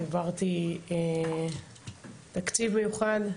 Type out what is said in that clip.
העברתי תקציב מיוחד,